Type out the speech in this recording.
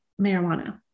marijuana